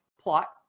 plot